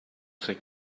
take